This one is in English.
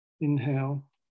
Inhale